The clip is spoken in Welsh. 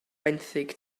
benthyg